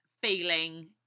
feeling